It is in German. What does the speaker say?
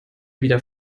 wieder